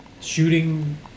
shooting